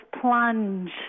plunge